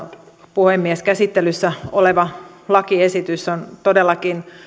puhemies käsittelyssä oleva lakiesitys on todellakin